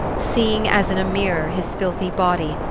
seeing as in a mirror his filthy body,